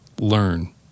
Learn